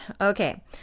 Okay